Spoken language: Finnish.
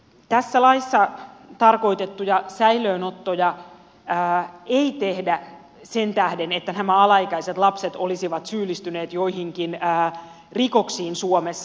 tässä laissa tarkoitettuja säilöönottoja ei tehdä sen tähden että nämä alaikäiset lapset olisivat syyllistyneet joihinkin rikoksiin suomessa